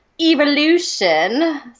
evolution